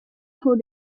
who